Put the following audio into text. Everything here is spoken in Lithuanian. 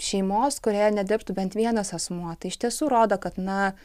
šeimos kurioje nedirbtų bent vienas asmuo tai iš tiesų rodo kad na